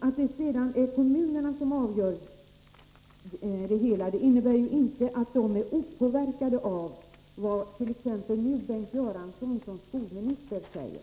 Att det sedan är kommunerna som avgör det hela innebär inte att de är opåverkade av vad t.ex. Bengt Göransson som skolminister nu säger.